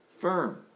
firm